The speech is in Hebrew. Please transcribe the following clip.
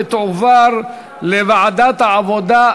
ותועבר לוועדת העבודה,